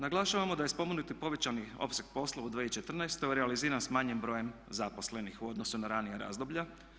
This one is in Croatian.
Naglašavamo da je spomenuti povećani opseg posla u 2014. realiziran s manjim brojem zaposlenih u odnosu na ranija razdoblja.